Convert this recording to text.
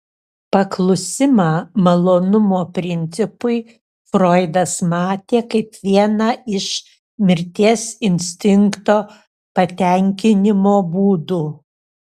paklusimą malonumo principui froidas matė kaip vieną iš mirties instinkto patenkinimo būdų